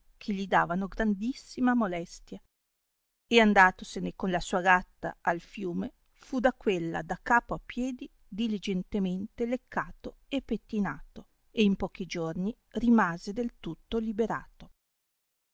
che gli davano grandissima molestia e andatosene con la sua gatta al fiume fu da quella da capo a piedi diligentemente leccato e pettinato e in pochi giorni rimase del tutto liberato